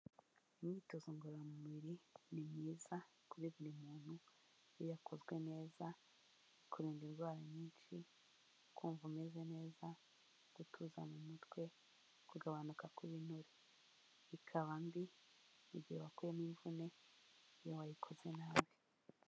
Imyitozo ngororamubiri ni myiza kuri buri muntu iyo ikozwe neza, ikurinda indwara nyinshi, ukumva umeze neza, gutuza mu mutwe, kugabanuka kw'ibinure. Ibikaba mbi Igihe wakuyemo imvune iyo iwayikoze nabi.